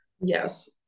Yes